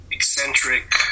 Eccentric